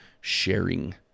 sharing